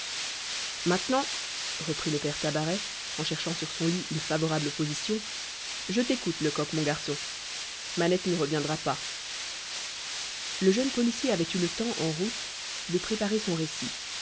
maintenant reprit le père tabaret en cherchant sur son lit une favorable position je t'écoute lecoq mon garçon manette n'y reviendra pas le jeune policier avait eu le temps en route de préparer son récit